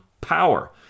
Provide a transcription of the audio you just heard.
power